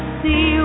see